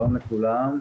שלום לכולם.